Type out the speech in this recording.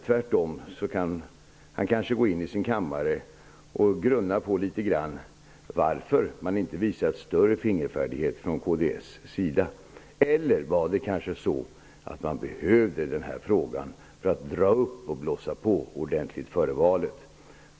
Tvärtom kan han kanske gå in i sin kammare och grunna litet grand över varför man inte visat större fingerfärdighet från kds sida. Eller var det kanske så att man behövde denna fråga för att kunna blåsa på ordentligt före valet?